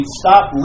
stop